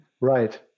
Right